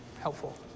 Helpful